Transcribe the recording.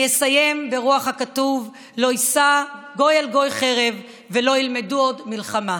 אני אסיים ברוח הכתוב: "לא ישא גוי אל גוי חרב ולא ילמדו עוד מלחמה".